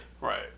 Right